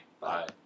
Bye